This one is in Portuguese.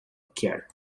quer